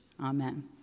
Amen